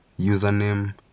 username